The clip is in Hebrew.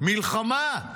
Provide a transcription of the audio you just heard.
מלחמה.